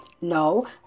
no